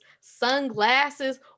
sunglasses